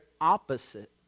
opposite